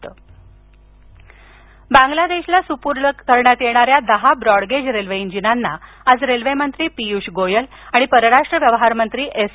engine बांगलादेशला सुपूर्द करण्यात येणाऱ्या दहा ब्रॉडगेज रेल्वे इंजिनांना आज रेल्वे मंत्री पियुष गोयल आणि परराष्ट्र व्यवहार मंत्री एस